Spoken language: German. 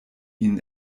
ihnen